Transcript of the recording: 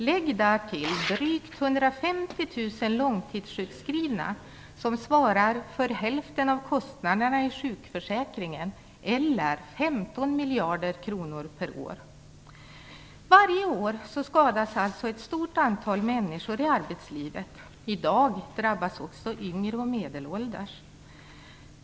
Lägg därtill drygt 150 000 långtidssjukskrivna, som svarar för hälften av kostnaderna i sjukförsäkringen eller 15 miljarder kronor per år. Varje år skadas alltså ett stort antal människor i arbetslivet. I dag drabbas också yngre och medelålders.